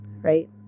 right